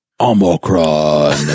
Omicron